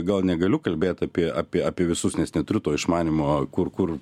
gal negaliu kalbėt apie apie apie visus nes neturiu to išmanymo kur kur